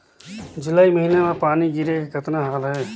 जुलाई महीना म पानी गिरे के कतना हाल हे?